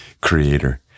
creator